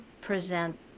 present